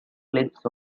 clips